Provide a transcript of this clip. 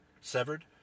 severed